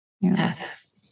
Yes